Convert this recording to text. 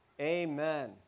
Amen